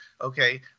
okay